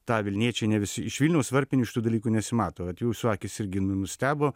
tą vilniečiai ne visi iš vilniaus varpinių šitų dalykų nesimato vat jūsų akys irgi nu nustebo